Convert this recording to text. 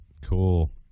Cool